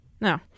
No